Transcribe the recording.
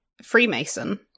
freemason